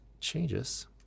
changes